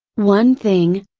one thing,